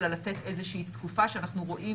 אלא לתת איזושהי תקופה שאנחנו רואים